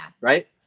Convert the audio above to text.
right